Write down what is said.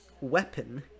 weapon